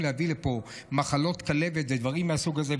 להביא לפה מחלות כלבת ודברים מהסוג הזה,